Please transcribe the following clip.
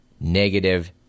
negative